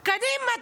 קדימה,